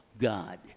God